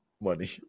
money